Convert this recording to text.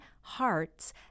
hearts